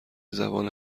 زبان